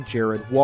Jared